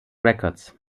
records